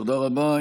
תודה רבה.